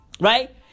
Right